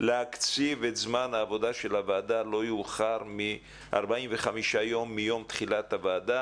להקציב את זמן העבודה של הוועדה לא יאוחר מ-45 יום מיום תחילת הוועדה.